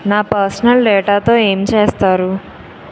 నా పర్సనల్ డేటాతో ఏమి చేస్తారు